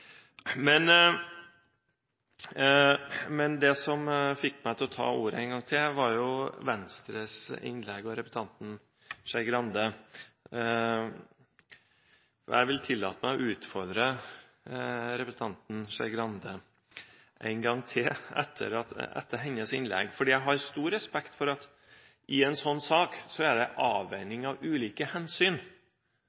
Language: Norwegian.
Det som fikk meg til å ta ordet en gang til, var Venstres innlegg og representanten Skei Grande. Jeg vil tillate meg å utfordre representanten Skei Grande en gang til etter hennes innlegg. Jeg har stor respekt for at det i en slik sak er